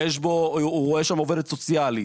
יש בו מפגש עם אחות ומפגש עובדת סוציאלית.